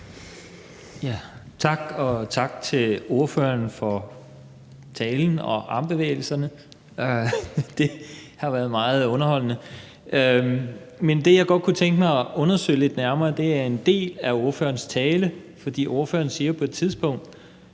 Tak, og tak til ordføreren for talen og armbevægelserne. Det har været meget underholdende. Men det, jeg godt kunne tænke mig at undersøge lidt nærmere, er en del af ordførerens tale. Ordføreren siger nemlig på et tidspunkt,